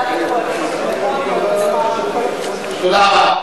תודה רבה.